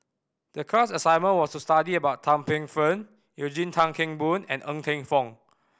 the class assignment was to study about Tan Paey Fern Eugene Tan Kheng Boon and Ng Teng Fong